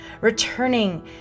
Returning